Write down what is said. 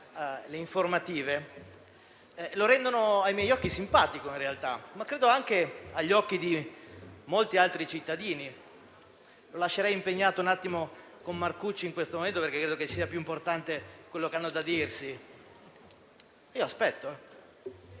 le informative, la rendono simpatico ai miei occhi, ma credo anche agli occhi di molti altri cittadini. La lascerei impegnato un attimo con il collega Marcucci in questo momento, perché credo che sia più importante quello che avete da dirvi. Io aspetto.